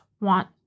want